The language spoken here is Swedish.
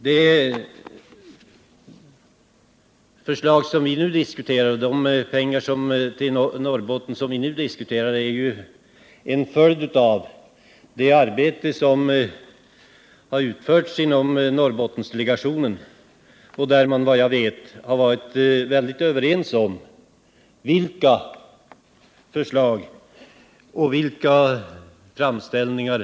De förslag till anslag till Norrbotten som vi nu diskuterar är resultatet av det arbete som utförts inom Norrbottendelegationen. Inom delegationen har man, såvitt jag vet, varit helt överens om de förslag som framlagts.